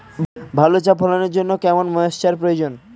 ভালো চা ফলনের জন্য কেরম ময়স্চার প্রয়োজন?